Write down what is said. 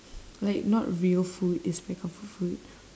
like not real food is my comfort food